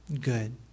good